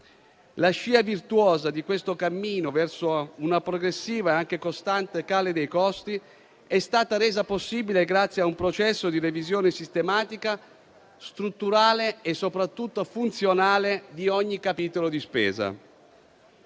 La scia virtuosa di questo cammino verso un progressivo e anche costante calo dei costi è stata resa possibile grazie a un processo di revisione sistematica, strutturale e soprattutto funzionale di ogni capitolo di spesa.